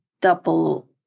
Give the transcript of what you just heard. double